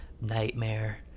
nightmare